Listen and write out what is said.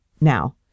now